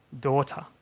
daughter